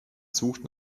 sucht